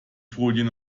folien